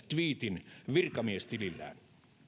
tviitin virkamiestilillään